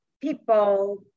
people